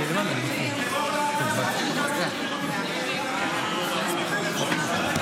שנים בירושלים והפגין נגדנו ואמר שאנחנו מפעילים טרור להט"בי.